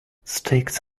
sticks